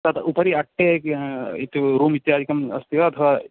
तत् उपरि अट्टे इत् रूम् इत्यादिकम् अस्ति वा अथवा